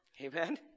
Amen